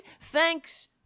thanks